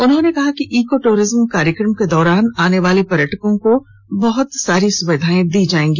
उन्होंने कहा कि इको दूरिज्म कार्यक्रम के दौरान आने वाले पर्यटकों को बहुत सारी सुविधाएं दी जायेंगी